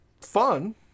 fun